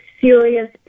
serious